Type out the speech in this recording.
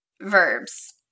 Verbs